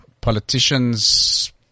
politicians